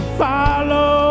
follow